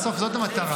בסוף זאת המטרה.